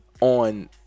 on